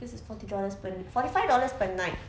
cause it's forty dollars per forty five dollars per night